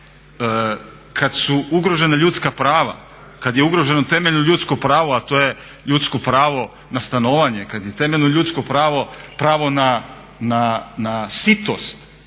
kad su ugrožena ljudska prava, kad je ugroženo temeljno ljudsko pravo a to je ljudsko pravo na stanovanje, kad je temeljno ljudsko pravo pravo na sitost